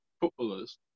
footballers